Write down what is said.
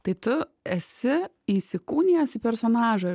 tai tu esi įsikūnijęs į personažą